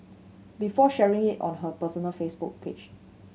before sharing it on her personal Facebook page